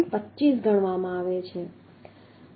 25 ગણવામાં આવે છે